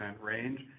range